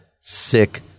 sick